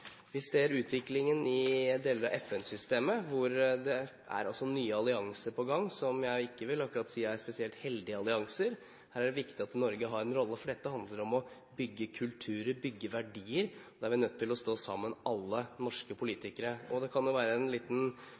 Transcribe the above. Vi ser utviklingen i deler av FN-systemet, hvor det er nye allianser på gang som jeg ikke vil si er spesielt heldige. Her er det viktig at Norge har en rolle, for dette handler om å bygge kulturer, bygge verdier. Da er alle norske politikere nødt til å stå sammen. Det kan jo også være en liten